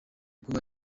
kuba